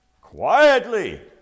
Quietly